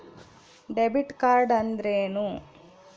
Debit card ಅಂದ್ರೇನು?